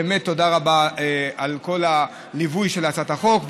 באמת תודה רבה על כל הליווי של הצעת החוק,